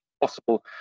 possible